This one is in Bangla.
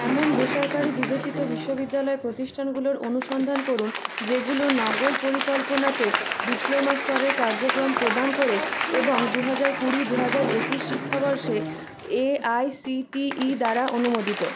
এমন বেসরকারি বিবেচিত বিশ্ববিদ্যালয় প্রতিষ্ঠানগুলোর অনুসন্ধান করুন যেগুলো নগর পরিকল্পনাতে ডিপ্লোমা স্তরের কার্যক্রম প্রদান করে এবং দুহাজার কুড়ি দু হাজার একুশ শিক্ষাবর্ষে এআইসিটিই দ্বারা অনুমোদিত